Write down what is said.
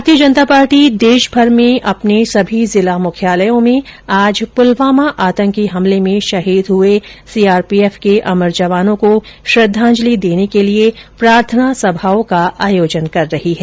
भारतीय जनता पार्टी देश भर में अपने सभी जिला मुख्यालयों में आज पुलवामा आतंकी हमले में शहीद हुए सीआरपीएफ के अमर जवानों को श्रद्वांजलि देने के लिए प्रार्थनासभा का आयोजन कर रही है